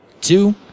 two